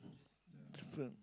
different